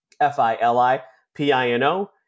F-I-L-I-P-I-N-O